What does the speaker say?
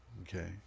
okay